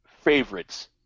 favorites